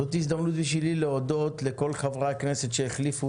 זאת הזדמנות בשבילי להודות לכל חברי הכנסת שהחליפו